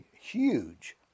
huge